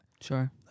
sure